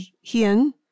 Hien